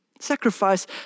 Sacrifice